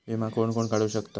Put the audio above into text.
विमा कोण कोण काढू शकता?